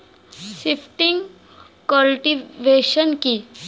Shifting cultivation কি?